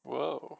!wah!